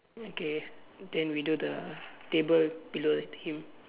okay then we do the table below the team